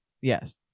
yes